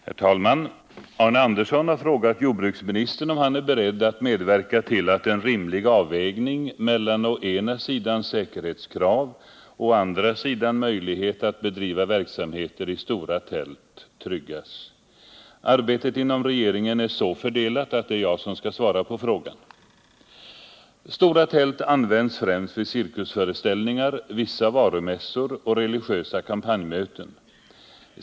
Herr talman! Arne Andersson har frågat jordbruksministern om han är beredd att medverka till att en rimlig avvägning mellan å ena sidan säkerhetskrav och å andra sidan möjlighet att bedriva verksamheter i stora tält tryggas. Arbetet inom regeringen är så fördelat att det är jag som skall svara på frågan. Stora tält används främst vid cirkusföreställningar, vissa varumässor och religiösa kampanjmöten.